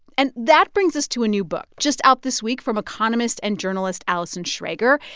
and that brings us to a new book just out this week from economist and journalist allison schrager.